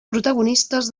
protagonistes